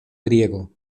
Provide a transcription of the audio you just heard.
griego